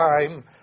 time